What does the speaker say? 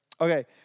Okay